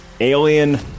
Alien